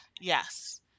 Yes